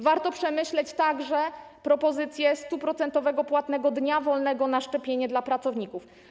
Warto przemyśleć także propozycję 100-procentowo płatnego dnia wolnego na szczepienie dla pracowników.